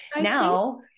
now